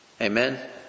Amen